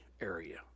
area